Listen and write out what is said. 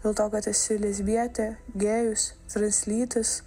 dėl to kad esi lesbietė gėjus translytis